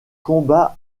combat